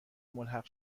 ملحق